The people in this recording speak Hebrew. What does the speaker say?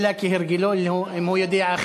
אלא כהרגלו לא, אם הוא יודע אחרת.